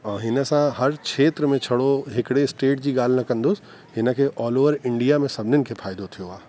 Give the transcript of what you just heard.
औरि हिन सां हर खेत्र में छड़ो हिकिड़े स्टेट जी ॻाल्हि न कंदुसि हिन खे ऑलओवर इंडिया में सभिनीनि खे फ़ाइदो थियो आहे